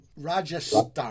Rajasthan